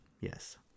Yes